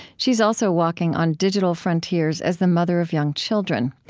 she's also walking on digital frontiers as the mother of young children.